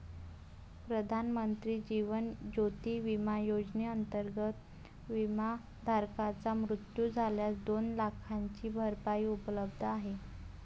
प्रधानमंत्री जीवन ज्योती विमा योजनेअंतर्गत, विमाधारकाचा मृत्यू झाल्यास दोन लाखांची भरपाई उपलब्ध आहे